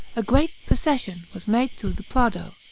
a great procession was made through the prado,